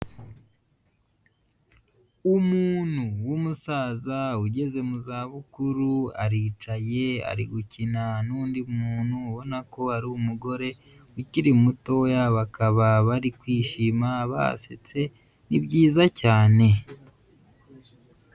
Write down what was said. Umuntu w'umusaza ugeze mu zabukuru aricaye ari gukina n'undi muntu ubona ko ari umugore ukiri mutoya, bakaba bari kwishima basetse ni byiza cyane.